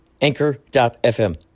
Anchor.fm